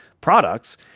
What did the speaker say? products –